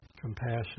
compassion